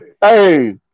hey